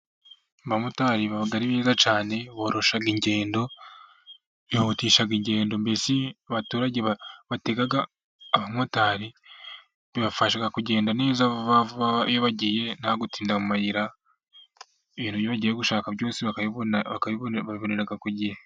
Abamotari baba ari beza cyane, boroshya ingendo, bihutisha ingendo mbese abaturage batega abamotari, bibafasha kugenda neza iyo bagiye nta gutinda mu mayira, ibyo bagiye gushaka byose babibonera ku gihe.